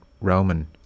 Roman